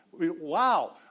Wow